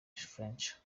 fletcher